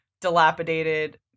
dilapidated